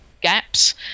gaps